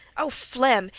o flem,